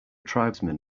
tribesmen